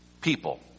people